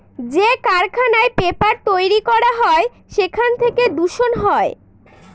যে কারখানায় পেপার তৈরী করা হয় সেখান থেকে দূষণ হয়